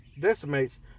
decimates